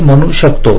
असे म्हणू शकतो